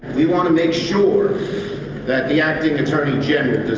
we want to make sure that the acting attorney-general